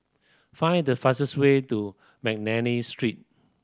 find the fastest way to McNally Street